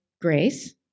Grace